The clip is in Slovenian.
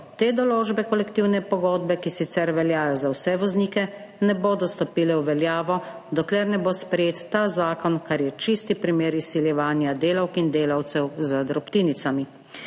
te določbe kolektivne pogodbe, ki sicer veljajo za vse voznike, ne bodo stopile v veljavo, dokler ne bo sprejet ta zakon, kar je čisti primer izsiljevanja delavk in delavcev z drobtinicami.